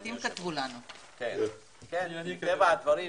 מטבע הדברים,